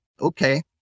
Okay